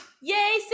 Yay